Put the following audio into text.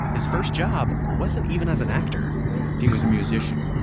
his first job wasn't even as an actor he was a musician.